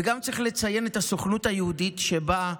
וגם צריך לציין את הסוכנות היהודית, שבאה,